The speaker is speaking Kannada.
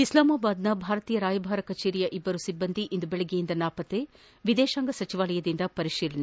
ಇಸ್ಲಾಮಾಬಾದ್ನ ಭಾರತೀಯ ರಾಯಭಾರ ಕಚೇರಿಯ ಇಬ್ಬರು ಸಿಬ್ಬಂದಿ ಇಂದು ಬೆಳಗ್ಗೆಯಿಂದ ನಾಪತ್ತೆ ವಿದೇಶಾಂಗ ಸಚಿವಾಲಯದಿಂದ ಪರಿಶೀಲನೆ